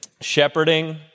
shepherding